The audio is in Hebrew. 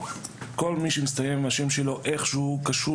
כל מי שמסתיים עם השם שלו איכשהו קשור